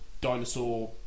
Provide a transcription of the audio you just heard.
dinosaur